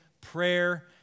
prayer